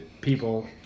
people